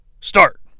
start